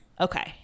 Okay